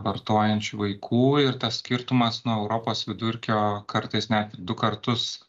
vartojančių vaikų ir tas skirtumas nuo europos vidurkio kartais net du kartus